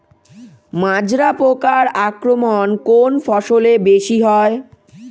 মাজরা পোকার আক্রমণ কোন ফসলে বেশি হয়?